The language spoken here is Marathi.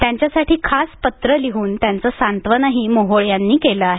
त्यांच्यासाठी खास पत्र लिहून त्यांचं सांत्वनही मोहोळ यांनी केलं आहे